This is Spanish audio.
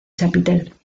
chapitel